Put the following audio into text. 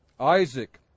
Isaac